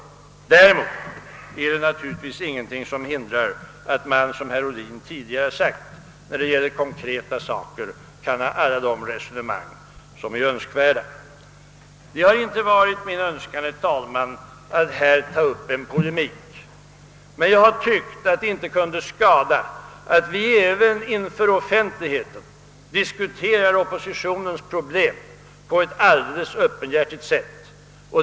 Däremot är det naturligtvis ingenting som hindrar att man, såsom herr Ohlin tidigare har sagt, när det gäller konkreta saker kan ha alla de resonemang som är önskvärda. Det har alltså inte varit mitt syfte, herr talman, att här ta upp en polemik med högern. Men jag har tyckt att det inte kunde skada att vi även inför offentligheten diskuterar oppositionens problem när det gäller regeringsavtalet på ett öppenhjärtigt sätt.